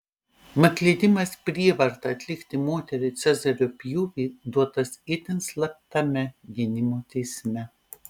mat leidimas prievarta atlikti moteriai cezario pjūvį duotas itin slaptame gynimo teisme